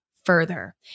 further